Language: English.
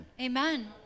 Amen